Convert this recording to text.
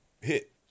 hit